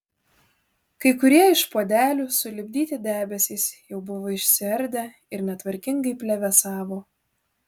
kai kurie iš puodelių sulipdyti debesys jau buvo išsiardę ir netvarkingai plevėsavo